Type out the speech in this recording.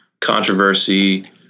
controversy